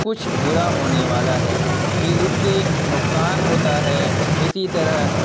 کچھ برا ہونے والا ہے کہ اس سے نقصان ہوتا ہے اسی طرح